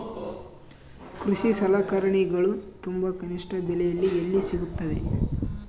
ಕೃಷಿ ಸಲಕರಣಿಗಳು ತುಂಬಾ ಕನಿಷ್ಠ ಬೆಲೆಯಲ್ಲಿ ಎಲ್ಲಿ ಸಿಗುತ್ತವೆ?